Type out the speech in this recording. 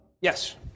Yes